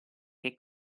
che